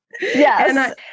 Yes